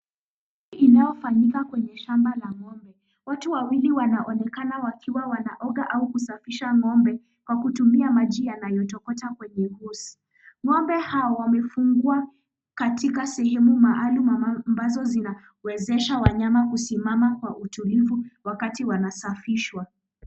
Inayofanyika kwenye shamba la ng'ombe. Watu wawili wanaonekana wakiwa wanaoga au kusafisha ng'ombe, kwa kutumia maji yanayotokota kwenye ukosi. Ng'ombe hao wamefungwa katika sehemu maalum ambazo zimewezeshwa wanyama kusimama kwa utulivu wakati wanasafishwa.